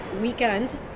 weekend